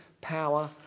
power